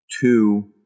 two